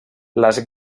les